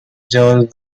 jones